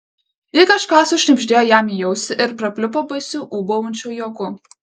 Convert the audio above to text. ji kažką sušnibždėjo jam į ausį ir prapliupo baisiu ūbaujančiu juoku